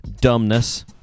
Dumbness